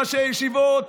ראשי ישיבות,